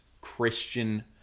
Christian